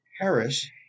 Harris